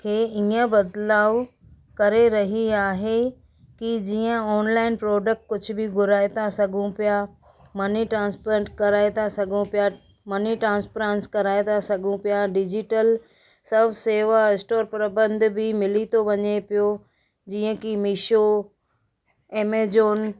खे ईअं बदिलाउ करे रही आहे की जीअं ऑनलाइन प्रोडक्ट कुझ बि घुराए था सघूं पिया मनी ट्रांसफर कराए था सघूं पिया मनी ट्रांसपरांस कराए था सघूं पिया डिजिटल सभु शेवा स्टोर प्रबंध बि मिली थो वञे पियो जीअं की मीशो एमेजॉन